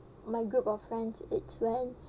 my group of friends it's when